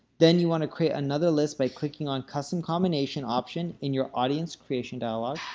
then you want to create another list by clicking on custom combination option in your audience creation dialogue.